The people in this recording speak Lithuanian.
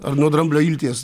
ar nuo dramblio ilties